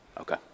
Okay